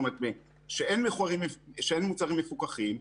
כשאין מוצרים מפוקחים,